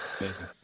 Amazing